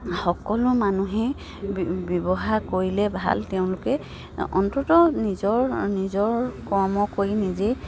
সকলো মানুহে ব্যৱসায় কৰিলে ভাল তেওঁলোকে অন্ততঃ নিজৰ নিজৰ কৰ্ম কৰি নিজেই